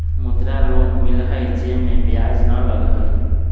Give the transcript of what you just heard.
मुद्रा लोन मिलहई जे में ब्याज न लगहई?